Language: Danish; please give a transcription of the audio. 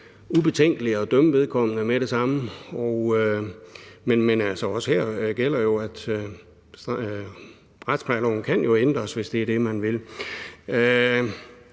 ubetænkeligt at dømme vedkommende med det samme, men også her gælder jo, at retsplejeloven kan ændres, hvis det er det, man vil.